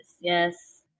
yes